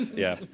yeah.